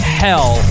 hell